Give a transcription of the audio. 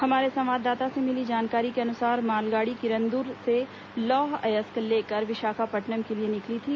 हमारे संवाददाता से मिली जानकारी के अनुसार मालगाड़ी किरंदुल से लौह अयस्क लेकर विशाखापट्नम के लिए निकली थी